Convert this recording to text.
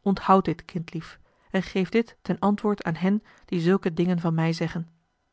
onthoud dit kindlief en geef dit ten antwoord aan hen die zulke dingen van mij zeggen